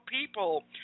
people